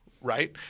Right